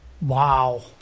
Wow